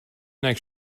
next